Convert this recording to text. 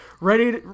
ready